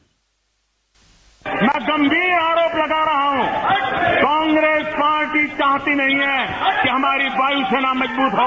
bite मैं गंभीर आरोप लगा रहा हूं कि कांग्रेस पार्टी चाहती नहीं है कि हमारी वायुसेना मजबूत हो